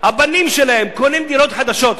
הבנים שלהם קונים דירות חדשות.